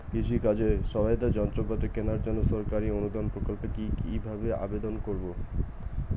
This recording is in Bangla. কৃষি কাজে সহায়তার যন্ত্রপাতি কেনার জন্য সরকারি অনুদান প্রকল্পে কীভাবে আবেদন করা য়ায়?